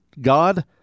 God